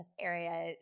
area